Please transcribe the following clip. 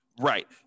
Right